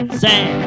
say